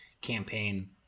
campaign